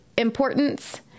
importance